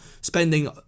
spending